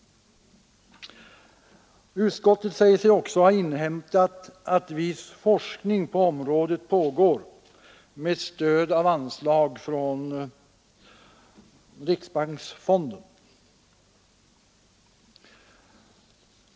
Utskottet säger sig också ha inhämtat att viss forskning på området pågår med stöd av anslag från riksbanksfonden.